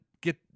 get